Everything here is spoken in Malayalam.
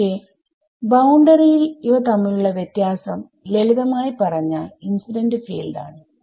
പക്ഷെ ബൌണ്ടറിയിൽ ഇവ തമ്മിലുള്ള വ്യത്യാസം ലളിതമായി പറഞ്ഞാൽ ഇൻസിഡന്റ് ഫീൽഡ് ആണ്